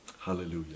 hallelujah